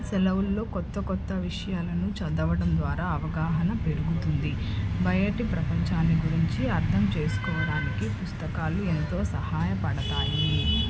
సెలవుల్లో కొత్త కొత్త విషయాలను చదవడం ద్వారా అవగాహన పెరుగుతుంది బయటి ప్రపంచాన్ని గురించి అర్థం చేసుకోవడానికి పుస్తకాలు ఎంతో సహాయపడతాయి